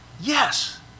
Yes